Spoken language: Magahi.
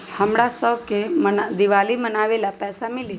हमरा शव के दिवाली मनावेला पैसा मिली?